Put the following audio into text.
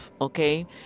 Okay